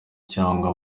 cyangwa